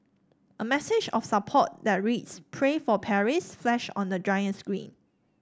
a message of support that reads Pray for Paris flashed on the giant screen